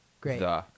Great